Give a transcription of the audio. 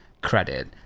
credit